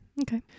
Okay